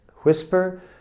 whisper